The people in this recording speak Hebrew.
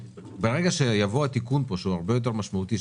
כאשר יבוא לכאן תיקון שהוא הרבה יותר משמעותי,